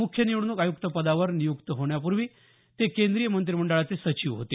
मुख्य निवडणूक आयुक्त पदावर नियुक्ती होण्यापूर्वी ते केंद्रीय मंत्रीमंडळाचे सचिव होते